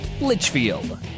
Litchfield